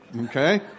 Okay